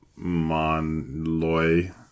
Monloy